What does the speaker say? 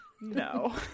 No